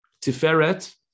Tiferet